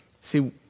See